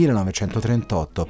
1938